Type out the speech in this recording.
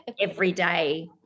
everyday